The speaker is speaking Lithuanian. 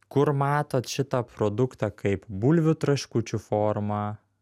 kur matot šitą produktą kaip bulvių traškučių formą